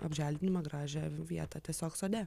apželdinimą gražią vietą tiesiog sode